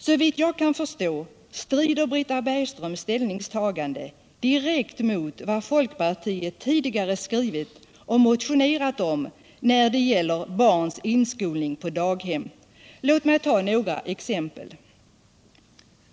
Såvitt jag kan förstå strider Britta Bergströms ställningstagande direkt mot vad folkpartiet tidigare skrivit och motionerat om när det gäller barns inskolning på daghem. Låt mig ta några exempel.